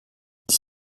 dix